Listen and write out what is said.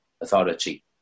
authority